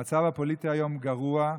המצב הפוליטי היום גרוע.